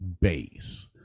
base